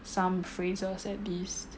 some phrases at least